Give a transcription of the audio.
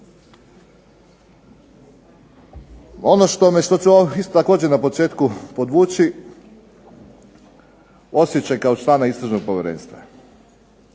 Ono što ću također na početku podvući, osjećaj kao člana istražnog povjerenstva.